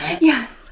Yes